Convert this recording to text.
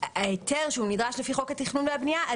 שההיתר שהוא נדרש לפי חוק התכנון והבנייה,